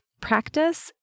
practice